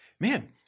man